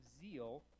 zeal